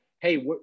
hey